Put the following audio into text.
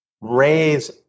raise